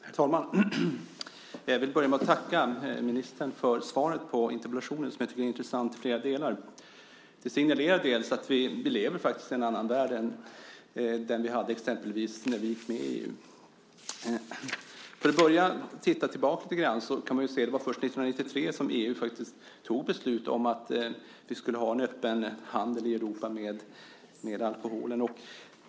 Herr talman! Jag vill börja med att tacka ministern för svaret på interpellationen, som jag tycker är intressant i flera delar. Till exempel signalerar det att vi faktiskt lever i en annan värld än den vi hade när vi gick med i EU. Om man först tittar tillbaka lite grann kan man se att det var först 1993 som EU tog beslut om att vi skulle ha en öppen handel med alkohol i Europa.